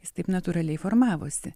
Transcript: jis taip natūraliai formavosi